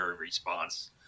response